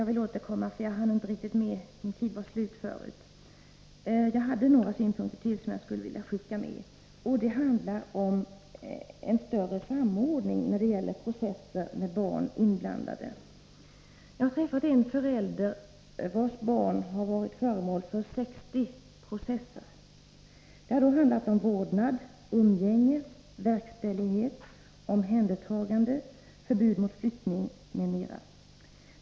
Fru talman! Jag vill tillägga några synpunkter som jag inte hann ta upp i mitt förra anförande. De handlar om en större samordning när det gäller processer där barn är inblandade. Jag har träffat en förälder vars barn har varit föremål för 60 processer. Det har då handlat om vårdnad, umgänge, verkställighet, omhändertagande, förbud mot flyttning, m.m.